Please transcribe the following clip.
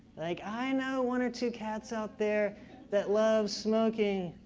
like i know one or two cats out there that love smoking